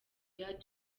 year